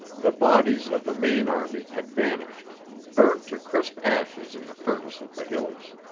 the bodies of the main army had vanished burnt to crisp ashes in the furnace of the hills.